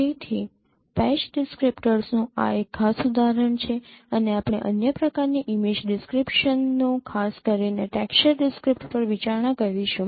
તેથી પેચ ડિસ્ક્રીપ્ટરનું આ એક ખાસ ઉદાહરણ છે અને આપણે અન્ય પ્રકારની ઇમેજ ડિસ્ક્રીપશનનો ખાસ કરીને ટેક્સચર ડિસ્ક્રીપ્ટ પર વિચારણા કરીશું